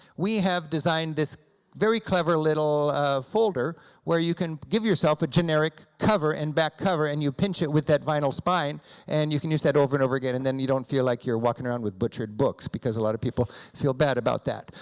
we have designed this very clever little folder where you can give yourself a generic cover and back cover, and you pinch it with that vinyl spine and you can use that over and over again, and then you don't feel like you're walking around with butchered books, because a lot of people feel bad about that